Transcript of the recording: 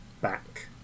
back